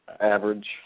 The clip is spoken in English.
average